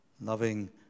Loving